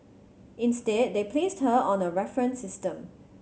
instead they placed her on a reference system